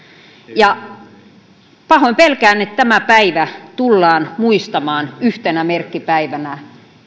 pahoin pelkään että tämä päivä tullaan muistamaan yhtenä merkkipäivänä